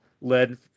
led